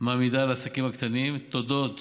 מעמידה לעסקים הקטנים, תודות